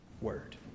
word